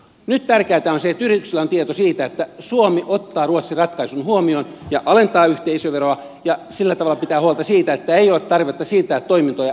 nyt tärkeätä on se että yrityksillä on tieto siitä että suomi ottaa ruotsin ratkaisun huomioon ja alentaa yhteisöveroa ja sillä tavalla pitää huolta siitä että ei ole tarvetta siirtää toimintoja suomesta pois